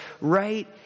right